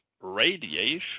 radiation